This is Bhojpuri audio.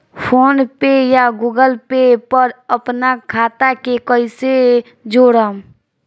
फोनपे या गूगलपे पर अपना खाता के कईसे जोड़म?